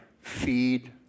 Feed